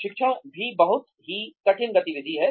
प्रशिक्षण भी एक बहुत ही कठिन गतिविधि है